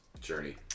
journey